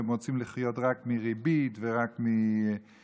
והם רוצים לחיות רק מריבית ורק מגנבות,